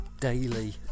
daily